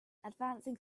advancing